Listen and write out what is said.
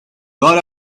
got